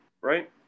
Right